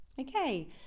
Okay